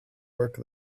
work